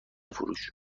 فروش